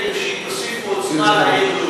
למקום הכי קשה, כדי שהיא תוסיף עוצמה לעיר לוד.